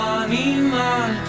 animal